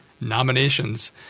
nominations